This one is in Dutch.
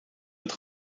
het